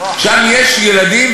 שם יש ילדים,